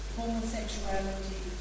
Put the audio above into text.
homosexuality